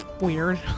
weird